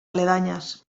aledañas